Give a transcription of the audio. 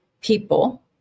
people